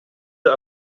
der